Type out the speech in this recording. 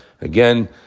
Again